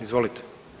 Izvolite.